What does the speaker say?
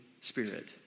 Spirit